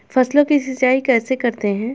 फसलों की सिंचाई कैसे करते हैं?